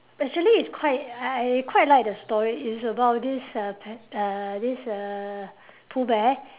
actually it's quite I quite like the story it's about this uh p~ uh this uh Pooh bear